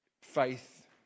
Faith